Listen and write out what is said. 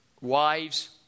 Wives